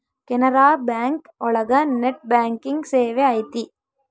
Canara bank ಒಳಗ net banking ಸೇವೆ ಐತಿ